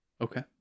Okay